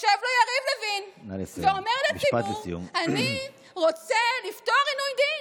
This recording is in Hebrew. יושב לו יריב לוין ואומר לציבור: אני רוצה לפתור עינוי דין.